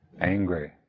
angry